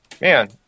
Man